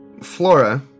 Flora